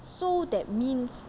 so that means